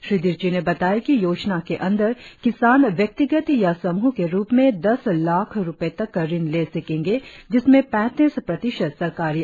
श्री दिर्ची ने बताया कि योजना के अंदर किसान व्यक्तिगत या समूह के रुप में दस लाख रुपए तक का ऋण ले सकेंगे जिसमें पैतीस प्रतिशत सरकारी अनुदान होगा